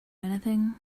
anything